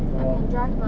I can drive mah